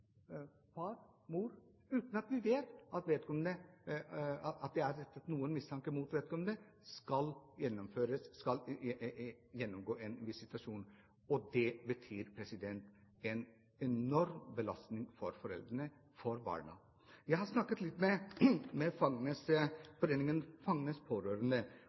far og mor, uten at det er rettet noen mistanke mot vedkommende, skal gjennomgå en visitasjon. Det betyr en enorm belastning for foreldrene og for barna. Jeg har snakket med Foreningen for Fangers Pårørende. De sier: «En slik visitasjon vil også med